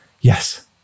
Yes